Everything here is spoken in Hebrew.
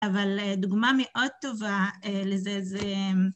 אבל דוגמה מאוד טובה לזה זה...